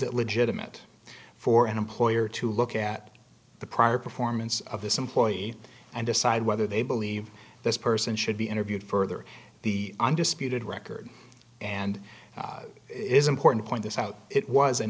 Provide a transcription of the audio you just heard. it legitimate for an employer to look at the prior performance of this employee and decide whether they believe this person should be interviewed further the undisputed record and it is important point this out it was an